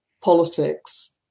politics